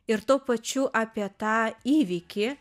ir tuo pačiu apie tą įvykį